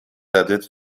added